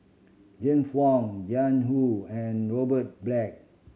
James Wong Jiang Hu and Robert Black